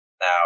Now